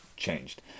Changed